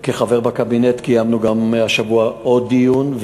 כחבר בקבינט, קיימנו השבוע עוד דיון.